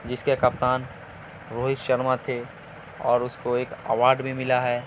جس کے کپتان روہت شرما تھے اور اس کو ایک اوارڈ بھی ملا ہے